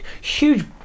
huge